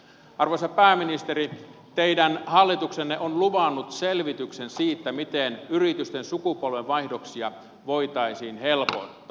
arvoisa pääministeri teidän hallituksenne on luvannut selvityksen siitä miten yritysten sukupolvenvaihdoksia voitaisiin helpottaa